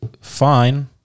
fine